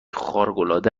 خارقالعاده